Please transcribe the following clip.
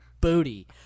booty